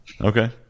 Okay